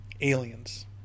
Aliens